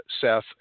Seth